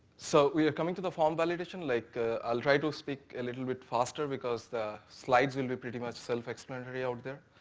so we are coming to the form validation. like ah i'll try to speak a little bit faster because the slides will be pretty much self-explanatory out there.